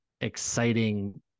exciting